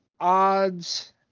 Odds